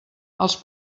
els